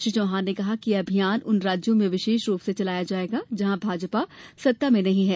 श्री चौहान ने कहा कि यह अभियान उन राज्यों में विशेष रूप से चलाया जाएगा जहां भाजपा सत्ता में नहीं है